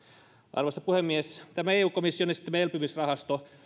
arvoisa puhemies tämä eu komission esittämä elpymisrahasto